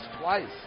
twice